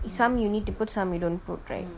it's some you need to put some you don't put right